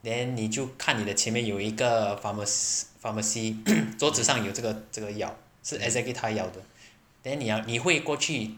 then 你就看你的前面有一个 pharma~ pharmacy 桌子上有这个这个药是 exactly 他要的 then 你要你会过去